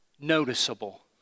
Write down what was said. noticeable